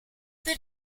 für